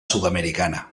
sudamericana